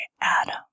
Adam